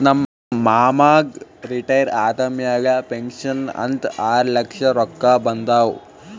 ನಮ್ ಮಾಮಾಗ್ ರಿಟೈರ್ ಆದಮ್ಯಾಲ ಪೆನ್ಷನ್ ಅಂತ್ ಆರ್ಲಕ್ಷ ರೊಕ್ಕಾ ಬಂದಾವ್